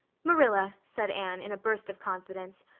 marilla, said anne in a burst of confidence,